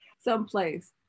someplace